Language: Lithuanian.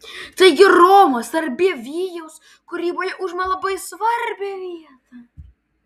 taigi roma sarbievijaus kūryboje užima labai svarbią vietą